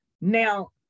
Now